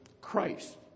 Christ